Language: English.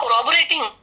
corroborating